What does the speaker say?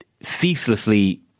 ceaselessly